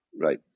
Right